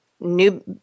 new